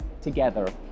together